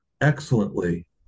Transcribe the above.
excellently